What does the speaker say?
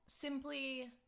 simply